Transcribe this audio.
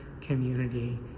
community